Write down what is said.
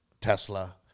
Tesla